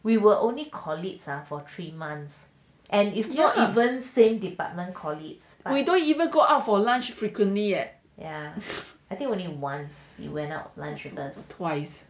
we were only colleagues ah for three months and if your even same department colleagues at ya I think only once we went out lunch once